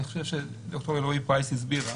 אני חושב שד"ר אלרעי-פרייס הסבירה.